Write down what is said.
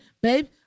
babe